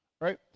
right